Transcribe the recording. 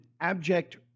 abject